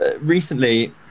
recently